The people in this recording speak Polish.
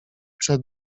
przed